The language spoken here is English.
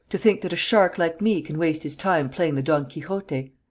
to think that a shark like me can waste his time playing the don quixote?